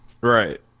Right